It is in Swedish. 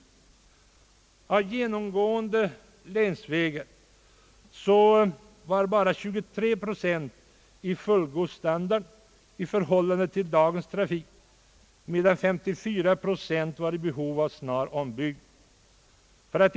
Av genomgående länsvägar hade bara 23 procent fullgod standard för dagens trafik, medan 57 procent var i behov av snar ombyggnad.